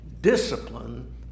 Discipline